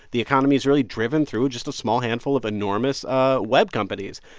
the economy is really driven through just a small handful of enormous ah web companies.